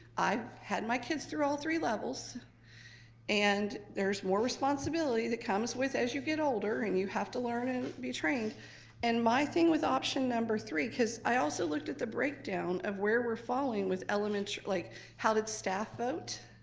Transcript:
i've had my kids through all three levels and there's more responsibility that comes with as you get older and you have to learn and be trained and my thing was option number three because i also looked at the break down of where we're following with elementary. like how did staff vote,